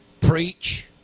preach